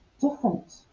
different